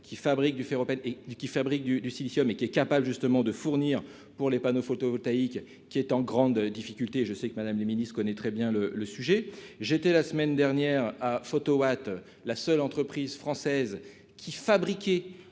qui fabrique du fait et qui fabrique du du silicium et qui est capable justement de fournir pour les panneaux photovoltaïques qui est en grande difficulté, je sais que Madame le Ministre, connaît très bien le le sujet, j'étais la semaine dernière à Photowatt, la seule entreprise française qui fabriqué